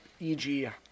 EG